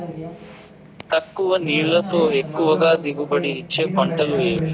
తక్కువ నీళ్లతో ఎక్కువగా దిగుబడి ఇచ్చే పంటలు ఏవి?